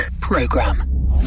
Program